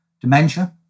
dementia